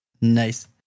nice